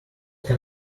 can